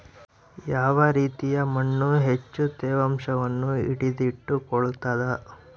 ಯಾವ ರೇತಿಯ ಮಣ್ಣು ಹೆಚ್ಚು ತೇವಾಂಶವನ್ನು ಹಿಡಿದಿಟ್ಟುಕೊಳ್ತದ?